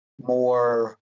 more